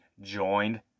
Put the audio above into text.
joined